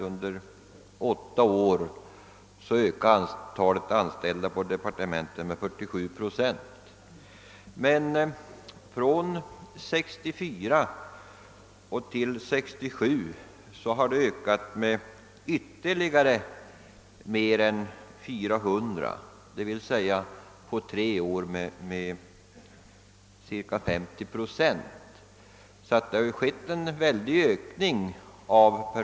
Under åtta år ökade alltså antalet anställda på departementen med 47 procent. Men från 1964 till 1967 har antalet ökat med ytterligare mer än 400, d.v.s. med cirka 50 procent på tre år.